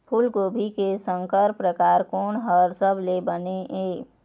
फूलगोभी के संकर परकार कोन हर सबले बने ये?